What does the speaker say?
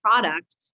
product